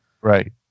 Right